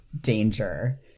danger